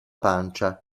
pancia